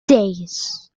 veintiséis